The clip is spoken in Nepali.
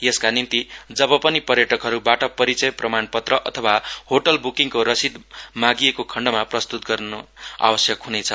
यसका निम्ति जब पनि पर्यटकहरूबाट परिचय प्रमाणपत्र अथवा होटल बुकिङको रशिद मागिएको खण्डमा प्रस्तुत गर्न आवश्यक हुनेछ